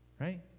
Right